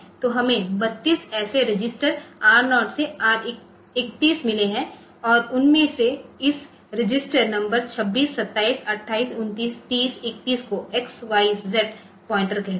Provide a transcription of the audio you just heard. तो हमें 32 ऐसे रजिस्टर R0 से R31 मिले हैं और उनमें से इस रजिस्टर नंबर 26 27 28 29 30 31 को x y z पॉइंटर्सकहते हैं